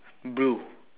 blue